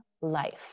life